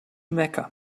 mecca